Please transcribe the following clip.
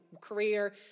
career